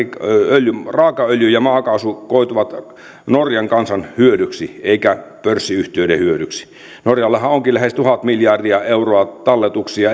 raakaöljy ja maakaasu koituvat norjan kansan hyödyksi eivätkä pörssiyhtiöiden hyödyksi norjallahan onkin ympäri maailmaa lähes tuhat miljardia euroa talletuksia